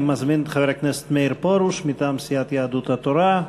אני מזמין את חבר הכנסת מאיר פרוש מטעם סיעת יהדות התורה,